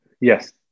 Yes